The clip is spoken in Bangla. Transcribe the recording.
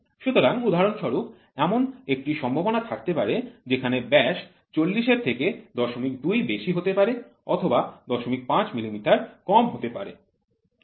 সুতরাং উদাহরণস্বরূপ এমন একটি সম্ভাবনা থাকতে পারে যেখানে ব্যাস ৪০ এর থেকে ০২ বেশি হতে পারে অথবা ০৫ মিলিমিটার কম হতে পারে